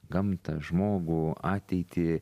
gamtą žmogų ateitį